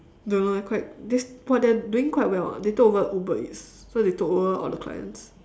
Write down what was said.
don't know eh quite that's but they're doing quite well [what] they took over uber eats so they took over all the clients